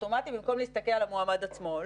אוטומטי בצבא במקום להסתכל על המועמד עצמו.